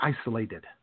isolated